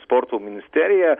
sporto ministerija